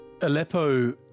aleppo